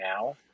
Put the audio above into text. now